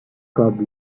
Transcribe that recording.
curb